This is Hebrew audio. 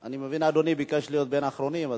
אני מבין שאדוני ביקש להיות בין האחרונים.